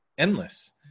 endless